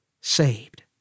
saved